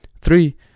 three